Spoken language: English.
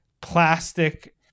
plastic